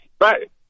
Right